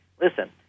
listen